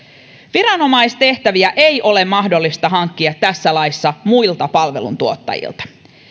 viranomaistehtäviä ei ole mahdollista hankkia tässä laissa muilta palveluntuottajilta